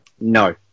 No